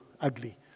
ugly